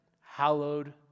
hallowed